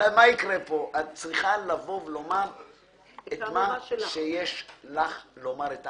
את מה שיש לך לומר וזה